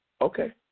Okay